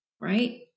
right